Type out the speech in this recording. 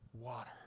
water